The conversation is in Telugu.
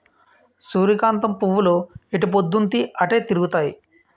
సూర్యకాంతం పువ్వులు ఎటుపోద్దున్తీ అటే తిరుగుతాయి